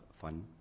fun